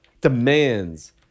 demands